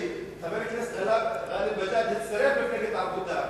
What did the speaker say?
שחבר הכנסת גאלב מג'אדלה הצטרף למפלגת העבודה,